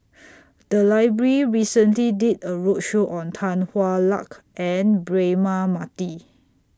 The Library recently did A roadshow on Tan Hwa Luck and Braema Mathi